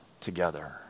together